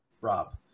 rob